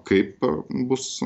kaip bus